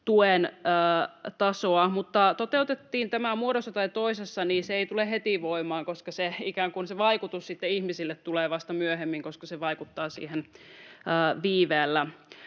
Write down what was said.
tuen tasoa. Mutta toteutettiin tämä muodossa tai toisessa, niin se ei tule heti voimaan, koska se vaikutus sitten ihmisille tulee ikään kuin vasta myöhemmin, koska se vaikuttaa siihen viiveellä.